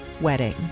wedding